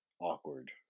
Awkward